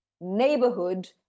neighborhood